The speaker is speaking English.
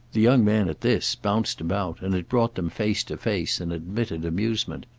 the young man, at this, bounced about, and it brought them face to face in admitted amusement.